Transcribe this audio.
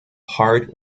hard